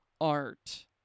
art